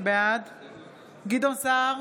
בעד גדעון סער,